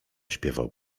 śpiewał